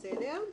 בסדר.